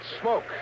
smoke